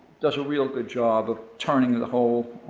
does a real good job of turning the whole